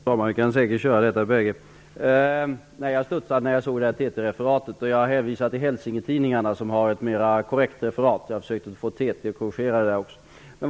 Fru talman! Båda kan vi säkert göra det. Jag studsade när jag såg TT-referatet. Jag hänvisar till Hälsingetidningarna som har ett korrektare referat. Jag försökte få TT att göra en korrigering.